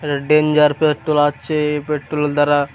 এটা danger petrol আছে এই পেট্রোলের দ্বারা